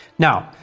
now,